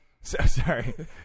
Sorry